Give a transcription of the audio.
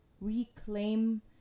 reclaim